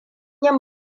yin